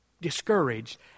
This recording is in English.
discouraged